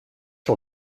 sur